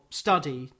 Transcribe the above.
study